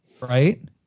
right